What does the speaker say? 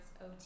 OT